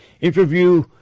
Interview